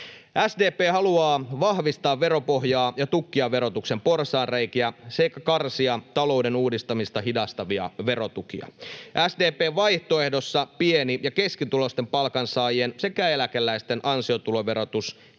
SDP haluaa vahvistaa veropohjaa ja tukkia verotuksen porsaanreikiä sekä karsia talouden uudistamista hidastavia verotukia. [Sinuhe Wallinheimo: Miksei niitä tehty viime kaudella?] SDP:n vaihtoehdossa pieni- ja keskituloisten palkansaajien sekä eläkeläisten ansiotuloverotus